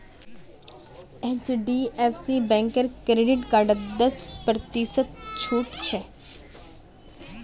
HDFC बैंकेर credit कार्डत दस प्रतिशत छूट छ